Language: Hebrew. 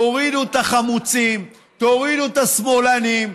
תורידו את החמוצים, תורידו את השמאלנים.